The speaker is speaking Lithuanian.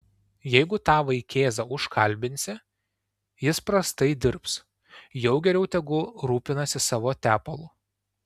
jeigu tą vaikėzą užkalbinsi jis prastai dirbs jau geriau tegu rūpinasi savo tepalu